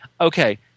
Okay